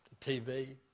TV